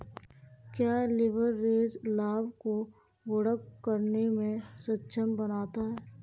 क्या लिवरेज लाभ को गुणक करने में सक्षम बनाता है?